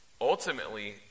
ultimately